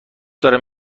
دارم